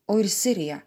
o ir sirija